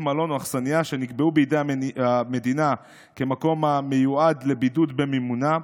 מלון או אכסניה שנקבעו בידי המדינה כמקום המיועד לבידוד במימונה".